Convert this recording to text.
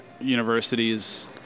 universities